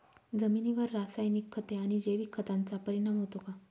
जमिनीवर रासायनिक खते आणि जैविक खतांचा परिणाम होतो का?